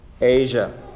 Asia